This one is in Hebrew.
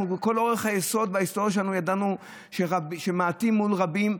אנחנו לכל אורך היסוד וההיסטוריה שלנו ידענו שמעטים מול רבים,